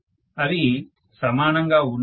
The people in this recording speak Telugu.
ప్రొఫెసర్ అవి సమానంగా ఉండవు